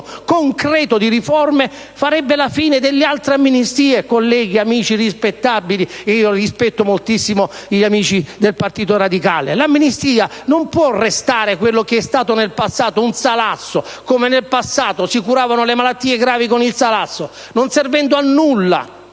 concreto di riforme farebbe la fine delle altre amnistie, colleghi, amici rispettabili (io rispetto moltissimo gli amici del Partito Radicale). L'amnistia non può restare ciò che è stato nel passato, e cioè un salasso (in passato si curavano le malattie gravi con il salasso), senza servire a nulla,